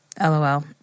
LOL